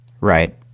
Right